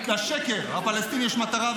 אולי תגלה --- לשקר הפלסטיני יש מטרה,